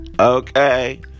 Okay